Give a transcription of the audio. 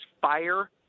fire